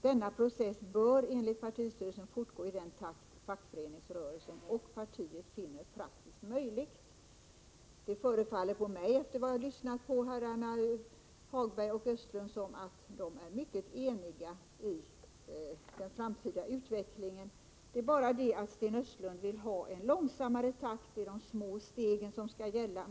Denna process bör, enligt partistyrelsen, fortgå i den takt fackföreningsrörelsen och partiet finner praktiskt möjligt.” Det förefaller mig, efter att ha lyssnat på herrar Hagberg och Östlund, som att de är mycket eniga i fråga om den framtida utvecklingen. Det är bara det att Sten Östlund vill ha en långsammare takt. Det är de små stegen som skall gälla.